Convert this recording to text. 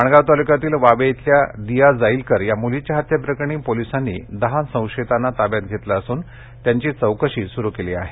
अटक माणगाव तालुक्यातील वावे इथल्या दिया जाईलकर या मुलीच्या हत्येप्रकरणी पोलिसांनी दहा संशयितांना ताब्यात घेतले असून त्यांची चौकशी सुरू केली आहे